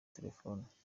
telefone